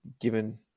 given